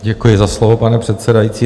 Děkuji za slovo, pane předsedající.